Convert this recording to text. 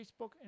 Facebook